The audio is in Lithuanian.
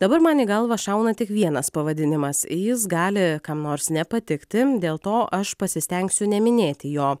dabar man į galvą šauna tik vienas pavadinimas jis gali kam nors nepatikti dėl to aš pasistengsiu neminėti jo